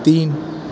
تین